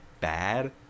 bad